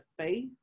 faith